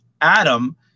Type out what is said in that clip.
Adam